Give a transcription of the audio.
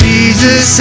Jesus